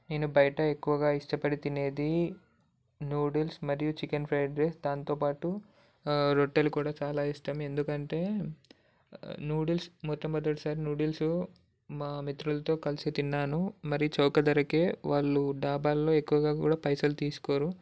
నేను బయట ఎక్కువగా ఇష్టపడి తినేది నూడుల్స్ మరియు చికెన్ ఫ్రైడ్ రైస్ దాంతో పాటు రొట్టెలు కూడా చాలా ఇష్టం ఎందుకంటే నూడుల్స్ మొట్టమొదటిసారి నూడుల్స్ మా మిత్రులతో కలిసి తిన్నాను మరి చౌక ధరకే వాళ్ళు డాబాలలో ఎక్కువగా కూడా పైసలు తీసుకోరు